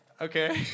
Okay